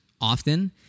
often